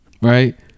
Right